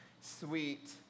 sweet